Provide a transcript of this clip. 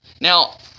Now